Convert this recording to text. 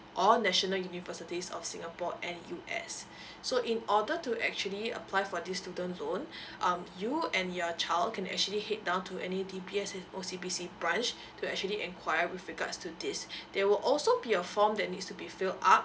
or national universities of singapore N_U_S so in order to actually apply for this student loan um you and your child can actually head down to any D_B_S O_C_B_C branch to actually enquire with regards to this there will also be a form that needs to be filled up